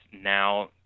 now